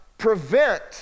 prevent